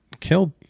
killed